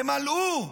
תמלאו,